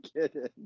kidding